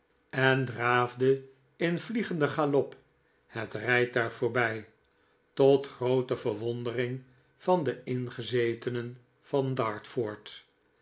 en draafde in vliegenden galop het rijtuig voorbij tot groote verwondering van de ingezetenen van dartford